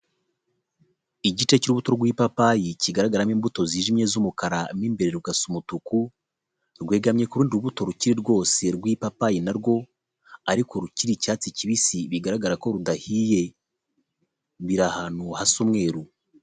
Igice cy'ubuto rw'ipapayi kigaragaramo imbuto zijimye z'umukara mo imbere rugasa umutuku, rwegamye ku rundi rubuto rukiri rwose rw'ipapayi narwo, ariko rukiri icyatsi kibisi bigaragara ko rudahiye biri ahantu hasa umweru.